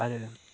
आरो